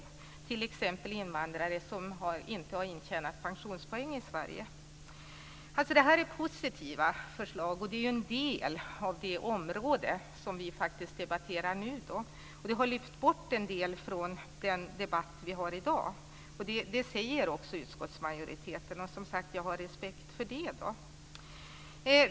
Det gäller t.ex. invandrare som inte har intjänat pensionspoäng i Sverige. Det är positiva förslag, och det är en del av det område som vi nu debatterar. Det har lyft bort en del från den debatt vi har i dag. Det säger också utskottsmajoriteten, och jag har respekt för det.